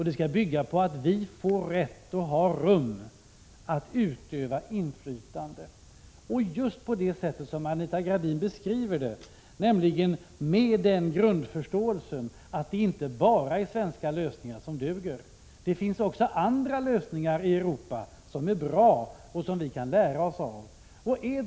Det skall bygga på att vi får rätt och har rum att utöva inflytande just på det sätt som Anita Gradin beskriver, nämligen med den grundförståelsen att det inte bara är svenska lösningar som duger. Det finns också andra lösningar i Europa som är bra och som vi kan lära oss av.